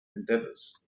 endeavours